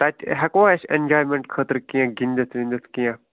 تَتہِ ہٮ۪کوا أسۍ اٮ۪نجایمنٹ خٲطرٕ کیٚنٛہہ گِنٛدِتھ وِنٛدِتھ کیٚنٛہہ